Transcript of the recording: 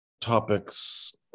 topics